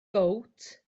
gowt